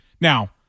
Now